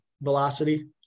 velocity